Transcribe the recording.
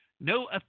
no